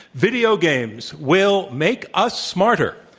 video games will make us smarter.